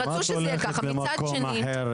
את הולכת למקום אחר.